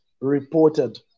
reported